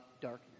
darkness